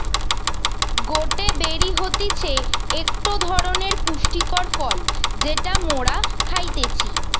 গটে বেরি হতিছে একটো ধরণের পুষ্টিকর ফল যেটা মোরা খাইতেছি